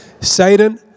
Satan